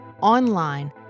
online